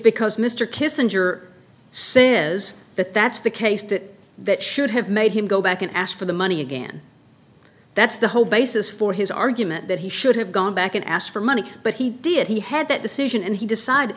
because mr kissinger sin is that that's the case that that should have made him go back and ask for the money again that's the whole basis for his argument that he should have gone back and asked for money but he did he had that decision and he decided